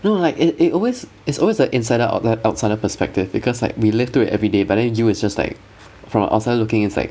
no like it it always it's always the insider outsider outsider perspective because like we live through it everyday but then you is just like from the outside looking inside